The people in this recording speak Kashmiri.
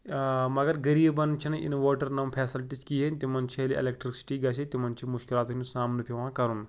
مگر غریٖبَن چھِنہٕ اِنوٲٹَر یِم فیسَلٹیٖز کِہیٖنۍ تِمَن چھِ ییٚلہِ اٮ۪لیکٹِرٛکسِٹی گَژھِ تِمَن چھِ مُشکِلاتَن ہُنٛد سامنہٕ پٮ۪وان کَرُن